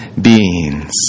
beings